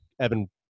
Evan